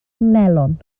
melon